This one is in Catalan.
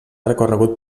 recorregut